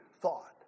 thought